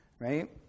right